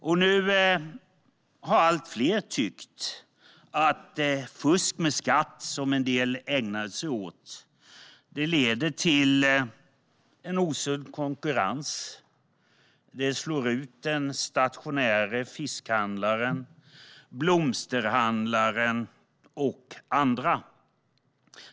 Nu tycker allt fler att fusk med skatt, som en del ägnade sig åt, leder till en osund konkurrens och slår ut den stationära fiskhandlaren, blomsterhandlaren och andra.